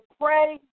pray